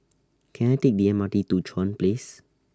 Can I Take The M R T to Chuan Place